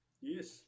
Yes